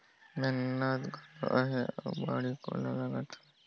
मेहनती घलो अहे अउ बाड़ी कोला लगाए के दिमाक हर तो घलो ऐखरे रहिस हे